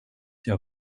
jag